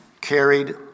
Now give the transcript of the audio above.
carried